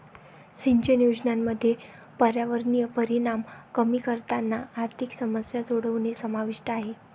सिंचन योजनांमध्ये पर्यावरणीय परिणाम कमी करताना आर्थिक समस्या सोडवणे समाविष्ट आहे